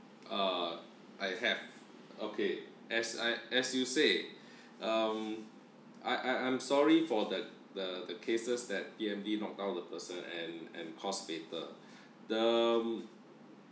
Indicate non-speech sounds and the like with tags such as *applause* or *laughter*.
uh I have okay as I as you say *breath* um I I'm sorry for that the the cases that P_M_D knocked down the person and and caused the